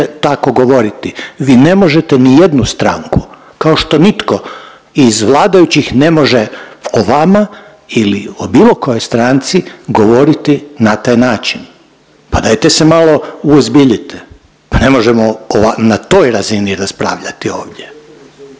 tako govoriti. Vi ne možete nijednu stranku kao što nitko iz vladajućih ne može o vama ili o bilo kojoj stranci govoriti na taj način. Pa dajte se malo uozbiljite, pa ne možemo na toj razini raspravljati ovdje,